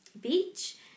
beach